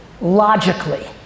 logically